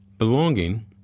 Belonging